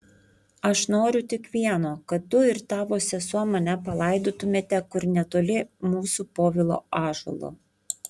aš noriu tik vieno kad tu ir tavo sesuo mane palaidotumėte kur netoli mūsų povilo ąžuolo